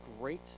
great